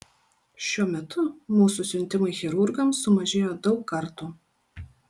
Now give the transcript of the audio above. šiuo metu mūsų siuntimai chirurgams sumažėjo daug kartų